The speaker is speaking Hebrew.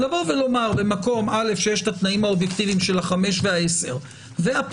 לבוא ולומר: במקום שיש את התנאים האובייקטיביים של ה-5 וה-10 והפרקליטות